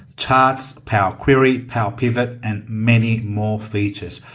charts, power query, power pivot and many more features.